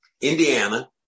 Indiana